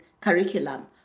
curriculum